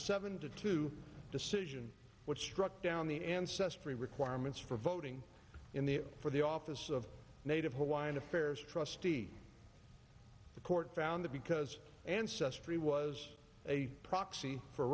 seven to two decision which struck down the ancestry requirements for voting in the for the office of native hawaiian affairs trustee the court found that because ancestry was a proxy for